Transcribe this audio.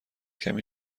کمی